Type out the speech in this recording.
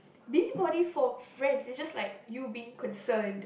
busybody for friends is just like you being concerned